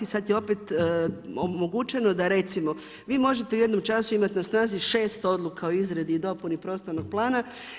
Sada je opet omogućen da recimo vi možete u jednom času imati na snazi 6 odluka o izradi i dopuni prostornog plana.